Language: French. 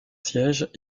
siège